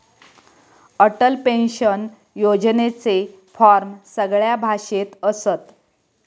Atal pension योजनेचे form सगळ्या भाषेत असत